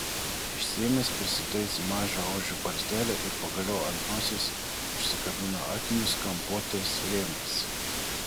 išsiėmęs prisitaisė mažą ožio barzdelę ir pagaliau ant nosies užsikabino akinius kampuotais rėmais